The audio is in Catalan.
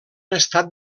estat